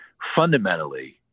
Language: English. fundamentally